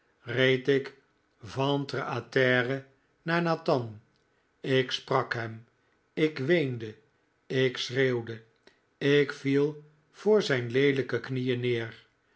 reed ik ventre a terre naar nathan ik sprak hem ik weende ik schreeuwde ik viel voor zijn leelijke knieen neer